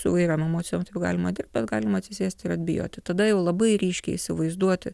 su įvairiom emocijom taip galima dirbt bet galima atsisėsti ir atbijoti tada jau labai ryškiai įsivaizduoti